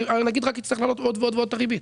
הנגיד רק יצטרך לעלות עוד ועוד את הריבית.